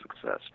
success